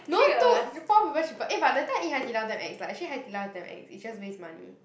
no two four people cheaper eh but that time I eat Hai-Di-Lao damn ex lah actually Hai-Di-Lao is damn ex is just waste money